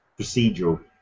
procedural